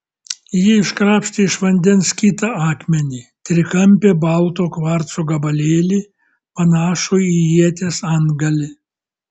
ji iškrapštė iš vandens kitą akmenį trikampį balto kvarco gabalėlį panašų į ieties antgalį